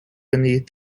beneath